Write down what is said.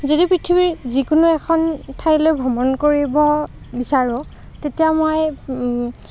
যদি পৃথিৱীৰ যিকোনো এখন ঠাইলৈ ভ্ৰমণ কৰিব বিচাৰোঁ তেতিয়া মই